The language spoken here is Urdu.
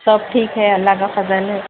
سب ٹھیک ہے اللہ کا فضل ہے